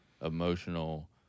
emotional